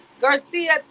Garcia